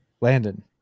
Landon